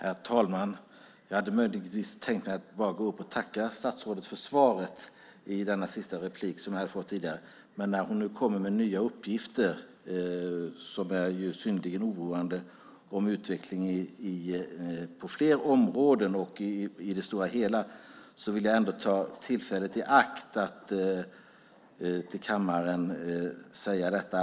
Herr talman! Jag hade möjligtvis tänkt mig att gå upp och tacka statsrådet för svaret i detta inlägg, men när hon nu kommer med nya oroande uppgifter om utvecklingen på flera områden - och i det stora hela - vill jag ta tillfället i akt att till kammaren säga följande.